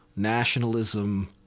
nationalism.